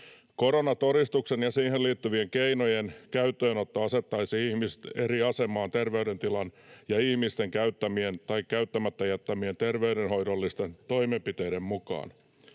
Koronatodistuksen ja siihen liittyvien keinojen käyttöönotto asettaisi ihmiset eri asemaan terveydentilan ja ihmisten käyttämien tai käyttämättä jättämien terveydenhoidollisten toimenpiteiden mukaan.